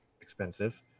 expensive